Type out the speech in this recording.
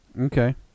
Okay